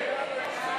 שיכון,